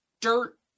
dirt